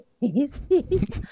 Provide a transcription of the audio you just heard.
easy